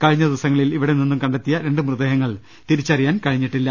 കഴിഞ്ഞ ദിവസങ്ങളിൽ ഇവിടെ നിന്നും കണ്ടെത്തിയ ര ണ്ടു മൃതദേഹങ്ങൾ തിരിച്ചറിയാൻ കഴിഞ്ഞിട്ടില്ല